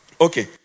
Okay